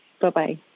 Bye-bye